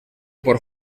por